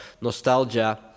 nostalgia